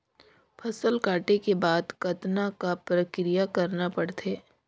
फसल काटे के बाद कतना क प्रक्रिया करना पड़थे?